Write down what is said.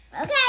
okay